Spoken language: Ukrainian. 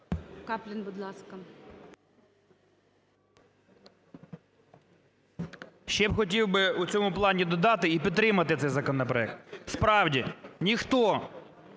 КАПЛІН С.М. Ще б хотів би у цьому плані додати і підтримати цей законопроект. Справді, ніхто,